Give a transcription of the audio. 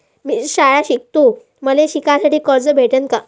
मी शाळा शिकतो, मले शिकासाठी कर्ज भेटन का?